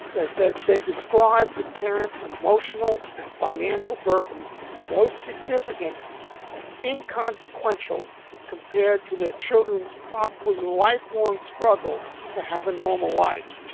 they said they described the parents emotional and financial burdens, though significant as inconsequential compared to the children's probably lifelong struggle to have a normal life.